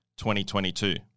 2022